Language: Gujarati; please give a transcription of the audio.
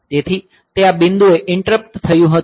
તેથી તે આ બિંદુએ ઈંટરપ્ટ થયું હતું